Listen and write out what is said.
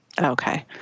Okay